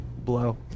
blow